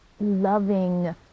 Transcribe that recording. loving